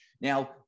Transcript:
Now